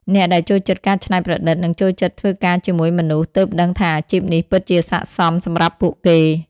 អ្នកដែលចូលចិត្តការច្នៃប្រឌិត និងចូលចិត្តធ្វើការជាមួយមនុស្ស ទើបដឹងថាអាជីពនេះពិតជាស័ក្តិសមសម្រាប់ពួកគេ។